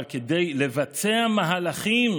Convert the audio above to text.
אבל כדי לבצע מהלכים,